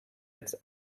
its